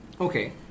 Okay